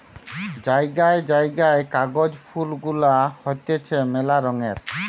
জায়গায় জায়গায় কাগজ ফুল গুলা হতিছে মেলা রঙের